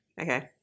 Okay